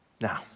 Now